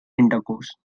intercourse